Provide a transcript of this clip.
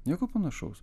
nieko panašaus